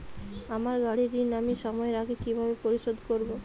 আমার গাড়ির ঋণ আমি সময়ের আগে কিভাবে পরিশোধ করবো?